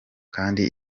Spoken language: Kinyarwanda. kandi